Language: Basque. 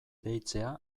deitzea